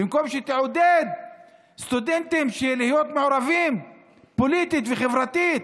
במקום שהיא תעודד סטודנטים להיות מעורבים פוליטית וחברתית,